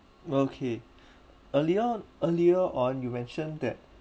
okay earlier on earlier on you mentioned that